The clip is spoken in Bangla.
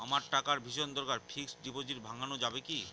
আমার টাকার ভীষণ দরকার ফিক্সট ডিপোজিট ভাঙ্গানো যাবে কি?